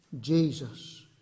Jesus